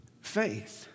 Faith